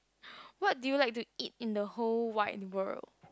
what do you like to eat in the whole wide world